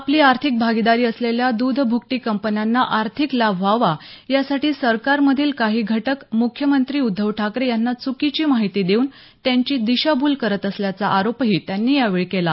आपली आर्थिक भागीदारी असलेल्या दूध भूकटी कंपन्यांना आर्थिक लाभ व्हावा यासाठी सरकार मधील काही घटक मुख्यमंत्री उद्धव ठाकरे यांना चुकीची माहिती देऊन त्यांची दिशाभूल करत असल्याचा आरोपही त्यांनी यावेळी केला